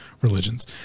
religions